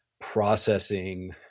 processing